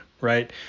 right